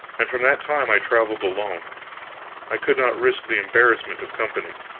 and from that time i traveled alone i could not risk the embarrassment of company.